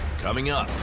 coming up.